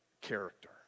character